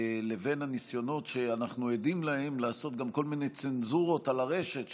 לבין הניסיונות שאנחנו עדים להם לעשות גם כל מיני צנזורות על הרשת,